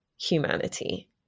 humanity